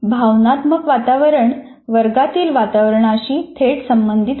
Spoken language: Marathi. भावनात्मक वातावरण वर्गातील वातावरणाशी थेट संबंधित असते